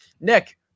Nick